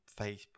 Facebook